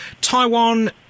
Taiwan